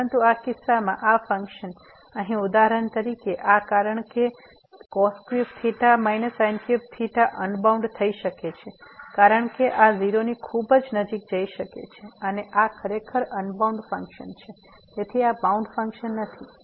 પરંતુ આ કિસ્સામાં આ ફંક્શન અહીં ઉદાહરણ તરીકે આ કારણ કે અનબાઉન્ડ થઈ શકે છે કારણ કે આ 0 ની ખૂબ નજીક જઈ શકે છે અને આ ખરેખર અનબાઉન્ડ ફંક્શન છે તેથી આ બાઉન્ડ ફંક્શન નથી